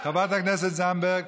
חברת הכנסת זנדברג,